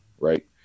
right